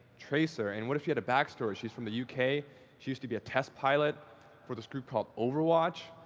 tracer. and what if she had a backstory? she's from the yeah uk. she used to be a test pilot for this group called overwatch.